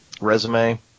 resume